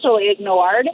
ignored